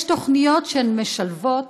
יש תוכניות שהן משלבות.